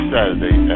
Saturday